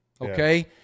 okay